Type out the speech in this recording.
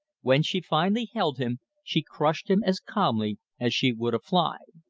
when she finally held him, she crushed him as calmly as she would a fly.